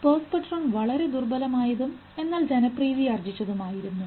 perceptron വളരെ ദുർബലമായതും എന്നാൽ ജനപ്രീതിയാർജിച്ചതുമായിരുന്നു